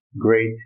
Great